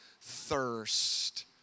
thirst